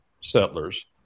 settlers